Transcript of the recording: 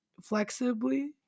flexibly